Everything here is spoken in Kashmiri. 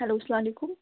ہیٚلو سَلام علیکُم